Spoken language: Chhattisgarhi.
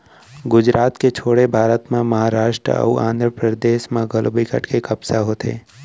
गुजरात के छोड़े भारत म महारास्ट अउ आंध्रपरदेस म घलौ बिकट के कपसा होथे